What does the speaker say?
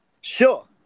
Sure